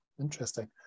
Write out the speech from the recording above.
interesting